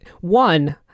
one